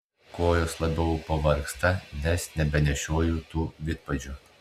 kojos labiau pavargsta nes nebenešioju tų vidpadžių